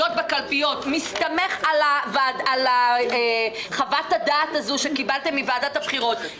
בקלפיות מסתמך על חוות הדעת שקיבלתם מוועדת הבחירות,